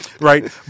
right